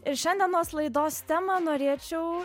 ir šiandienos laidos temą norėčiau